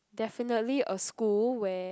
definitely a school where